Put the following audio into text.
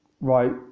right